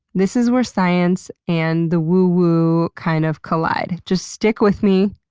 this is where science and the woo-woo kind of collide. just stick with me.